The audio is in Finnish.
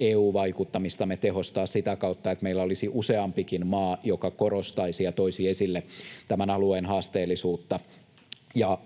EU-vaikuttamistamme tehostaa sitä kautta, että meillä olisi useampikin maa, joka korostaisi ja toisi esille tämän alueen haasteellisuutta,